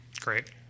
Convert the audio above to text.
Great